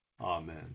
Amen